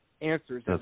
answers